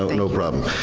no problem.